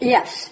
Yes